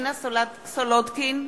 מרינה סולודקין,